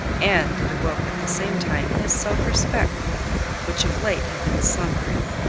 and it awoke at the same time his self-respect which of late had been slumbering.